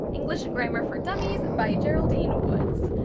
english grammar for dummies, by geraldine woods.